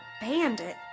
bandit